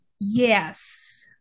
Yes